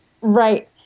Right